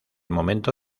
momento